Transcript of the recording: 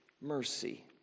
Mercy